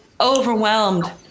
overwhelmed